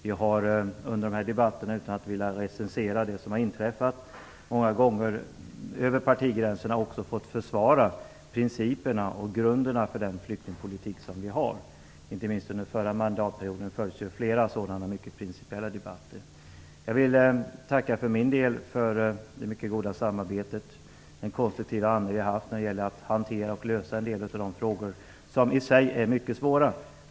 Jag vill inte recensera det som har inträffat, men under dessa debatter har vi många gånger över partigränserna fått försvara principerna och grunderna för den flyktingpolitik som vi har. Inte minst under förra mandatperioden fördes flera sådana mycket principiella debatter. Jag vill tacka för min del för det mycket goda samarbetet och den konstruktiva ande vi har haft när det gäller att hantera och lösa en del av de problem som i sig är mycket svåra.